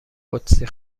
قدسی